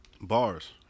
Bars